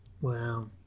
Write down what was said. Wow